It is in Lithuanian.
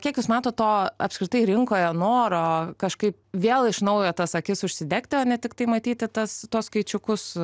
kiek jūs matot to apskritai rinkoje noro kažkaip vėl iš naujo tas akis užsidegti ne tiktai matyti tas tuos skaičiukus